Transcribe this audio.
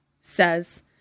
says